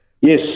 Yes